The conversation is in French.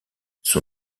son